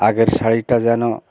আগের শাড়িটা যেন